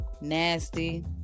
Nasty